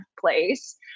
place